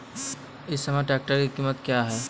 इस समय ट्रैक्टर की कीमत क्या है?